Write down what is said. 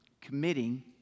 committing